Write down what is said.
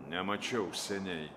nemačiau seniai